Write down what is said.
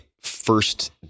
first